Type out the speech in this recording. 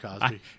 Cosby